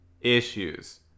issues